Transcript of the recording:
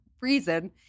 reason